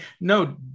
No